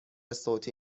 صوتی